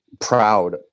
proud